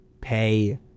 pay